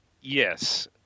yes